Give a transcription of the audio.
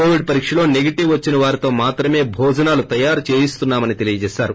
Covid పరీక్షలో negative వచ్చిన వారీతో మాత్రమే భోజనాలు తయారు ది వినిప్టిన్నా మని తెలిపారు